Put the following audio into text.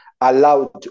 allowed